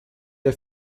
der